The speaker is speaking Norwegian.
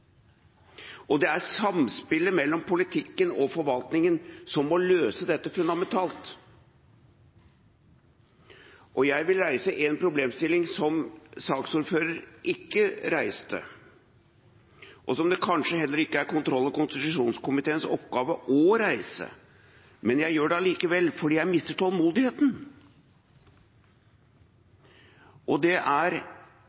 og det er samspillet mellom politikken og forvaltningen som må løse dette fundamentalt. Jeg vil reise en problemstilling som saksordføreren ikke reiste, og som det kanskje heller ikke er kontroll- og konstitusjonskomiteens oppgave å reise. Men jeg gjør det allikevel, fordi jeg mister